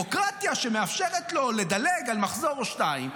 הביורוקרטיה שמאפשרת לו לדלג על מחזור או שניים.